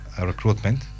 Recruitment